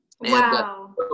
wow